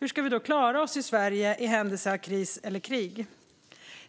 Hur ska vi då klara oss i Sverige i händelse av kris eller krig?